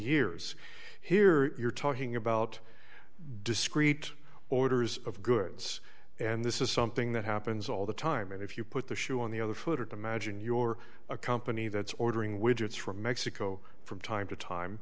years here you're talking about discrete orders of goods and this is something that happens all the time and if you put the shoe on the other foot at the maj and your a company that's ordering widgets from mexico from time to time